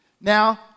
Now